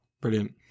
brilliant